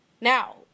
Now